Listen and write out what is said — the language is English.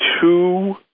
two